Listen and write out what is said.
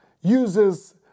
uses